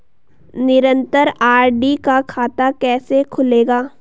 निरन्तर आर.डी का खाता कैसे खुलेगा?